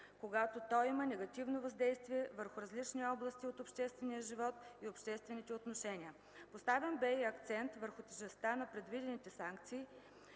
когато то има негативно въздействие върху различни области от обществения живот и обществените отношения. Поставен бе и акцент върху тежестта на предвидените санкции,